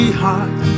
heart